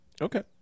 Okay